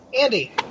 Andy